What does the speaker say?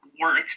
work